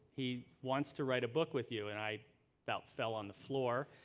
he wants to write a book with you. and i about fell on the floor.